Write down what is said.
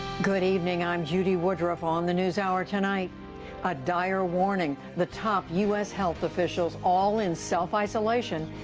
good evening. i'm judy woodruff. on the newshour tonight a dire warning. the top u s. health officials, all in self-isolation,